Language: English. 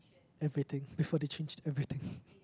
everything before they changed everything